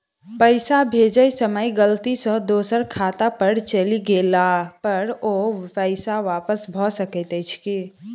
पैसा भेजय समय गलती सँ दोसर खाता पर चलि गेला पर ओ पैसा वापस भऽ सकैत अछि की?